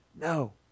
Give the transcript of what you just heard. No